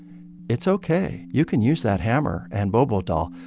it's ok. you can use that hammer and bobo doll,